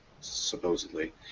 supposedly